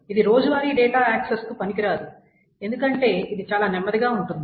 ఇది రోజువారీ data access కు పనికిరాదు ఎందుకంటే ఇది చాలా నెమ్మదిగా ఉంటుంది